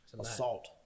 assault